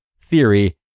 theory